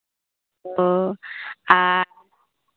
ᱚ ᱟᱨ